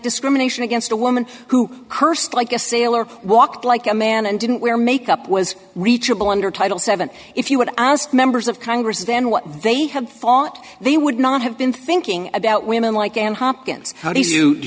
discrimination against a woman who cursed like a sailor walked like a man and didn't wear make up was reachable under title seven if you would ask members of congress and what they have thought they would not have been thinking about women like and hopkins how do you do